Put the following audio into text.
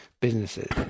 businesses